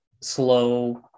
slow